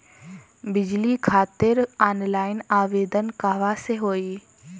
बिजली खातिर ऑनलाइन आवेदन कहवा से होयी?